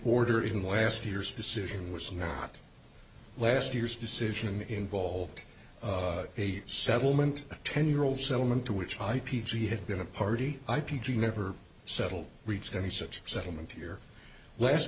order in last year's decision was not last year's decision involved a settlement a ten year old settlement to which i p g had been a party i p g never settle reached any such settlement here last